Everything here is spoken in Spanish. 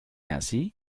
así